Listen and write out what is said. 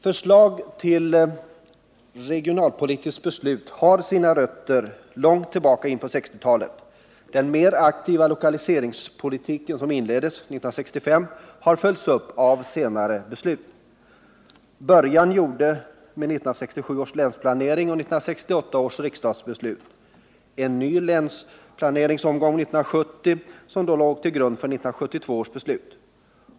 Förslaget till regionalpolitiskt beslut har sina rötter långt tillbaka — i 1960-talet. Den mer aktiva lokaliseringspolitik som inleddes 1965 har följts upp av senare beslut. Början gjordes med 1967 års länsplanering och 1968 års riksdagsbeslut samt en ny länsplaneringsomgång 1970, som låg till grund för 1972 års beslut.